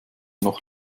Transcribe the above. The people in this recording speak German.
noch